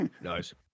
Nice